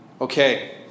Okay